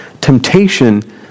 Temptation